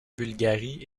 bulgarie